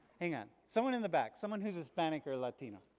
hang on, someone in the back someone who's hispanic or latino.